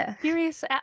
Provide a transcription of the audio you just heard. curious